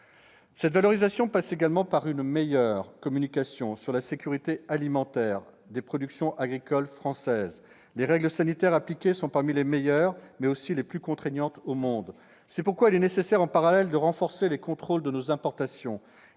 Cette valorisation passe également par une meilleure communication sur la sécurité alimentaire des productions agricoles françaises : les règles sanitaires appliquées sont parmi les meilleures, mais aussi les plus contraignantes au monde. C'est pourquoi il est nécessaire, en parallèle, de renforcer le contrôle des importations.